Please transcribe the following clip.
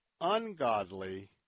ungodly